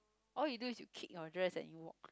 all you do is you kick your dress and you walk